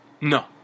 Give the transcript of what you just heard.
No